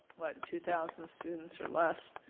what, two thousand students or less.